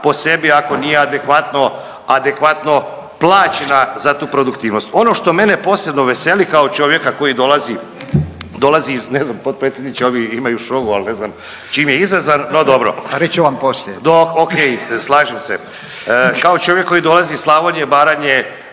po sebi ako nije adekvatno, adekvatno plaćena za tu produktivnost. Ono što mene posebno veseli kao čovjeka koji dolazi, dolazi iz, ne znam potpredsjedniče ovi imaju šou, ali ne znam čim je izazvan, no dobro. …/Upadica Furio Radin: Reći ću vam poslije./… Ok, slažem se. Kao čovjek koji dolazi iz Slavonije, Baranje